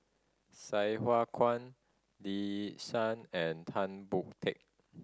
Sai Hua Kuan Lee Yi Shyan and Tan Boon Teik